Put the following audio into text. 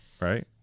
right